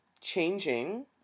changing